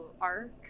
ARC